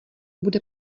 bude